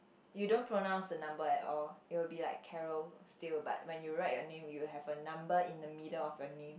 you don't pronounce the number at all it will be like Carol still but when you write you name you have a number in the middle of your name